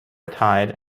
retired